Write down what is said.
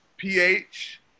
PH